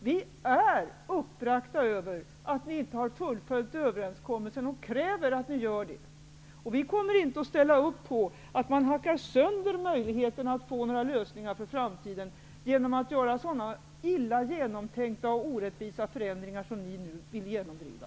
Vi är uppbragta över att ni inte har fullföljt överenskommelsen, och vi kräver att ni gör det. Vi kommer inte att ställa upp på att man hackar sönder möjligheterna att åstadkomma lösningar för framtiden genom så illa genomtänkta och orättvisa förändringar som ni nu vill genomdriva.